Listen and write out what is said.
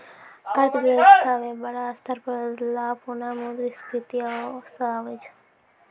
अर्थव्यवस्था म बड़ा स्तर पर बदलाव पुनः मुद्रा स्फीती स आबै छै